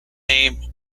name